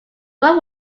work